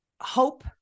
hope